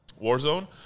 Warzone